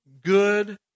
good